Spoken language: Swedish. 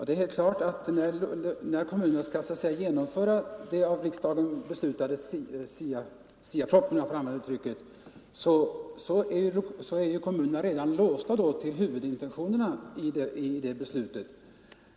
Det är helt klart att när kommunerna skall genomföra den av riksdagen godkända SIA propositionen — om jag får kalla den så — är ju dessa då redan låsta till huvudintentionerna i riksdagens beslut.